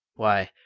why,